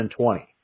2020